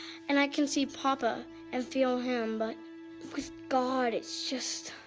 and i can see papa and feel him, but with god it's just.